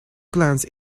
glance